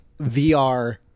VR